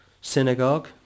synagogue